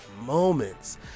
moments